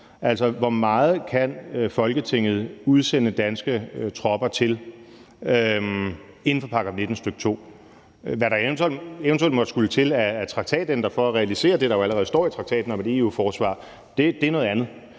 altså hvor meget Folketinget kan udsende danske tropper til inden for § 19, stk. 2. Og hvad der eventuelt måtte skulle til af traktatændringer for at realisere det, der jo allerede står i traktaten om et EU-forsvar, er noget andet.